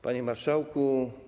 Panie Marszałku!